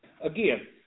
again